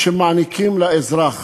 שהם מעניקים לאזרח.